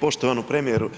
Poštovani premijeru,